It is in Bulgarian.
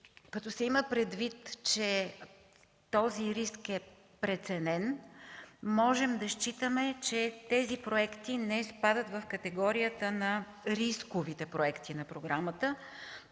Като се има предвид, че този риск е преценен, можем да считаме, че тези проекти не спадат в категорията на рисковите проекти на програмата,